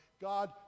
god